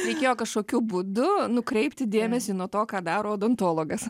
reikėjo kažkokiu būdu nukreipti dėmesį nuo to ką daro odontologas